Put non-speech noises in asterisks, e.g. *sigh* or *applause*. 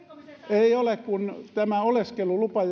ei ole tämä oleskelulupa *unintelligible*